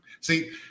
See